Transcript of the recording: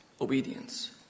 obedience